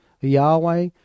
Yahweh